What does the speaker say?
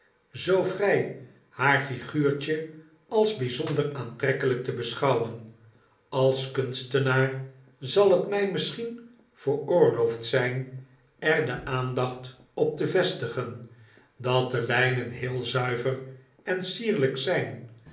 zoo vrij haar figuurtje als bijzonder aantrekkelijk te beschouwen als kunstenaar zal het mij misschien veroorloofd zijn er de aandacht op te vestigen dat de lijnen heel zuiver en sierlijk zijn